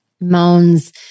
moans